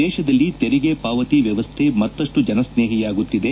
ದೇಶದಲ್ಲಿ ತೆರಿಗೆ ಪಾವತಿ ವ್ಲವಸ್ಥೆ ಮತ್ತಷ್ಟು ಜನಸ್ನೇಹಿಯಾಗುತ್ತಿದೆ